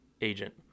agent